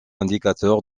indicateurs